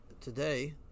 today